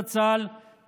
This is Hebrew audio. זכר צדיק לברכה,